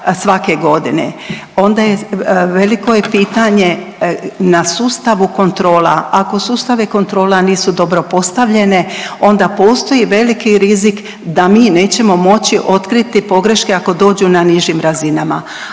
svake godine, onda je, veliko je pitanje na sustavu kontrola, ako sustave kontrola nisu dobro postavljene, onda postoji veliki rizik da mi nećemo moći otkriti pogreške ako dođu na nižim razinama,